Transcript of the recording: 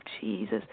Jesus